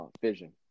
vision